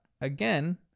again